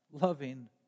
loving